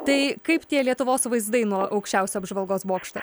tai kaip tie lietuvos vaizdai nuo aukščiausio apžvalgos bokšto